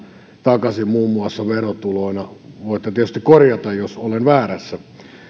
takaisin muun muassa verotuloina voitte tietysti korjata jos olen väärässä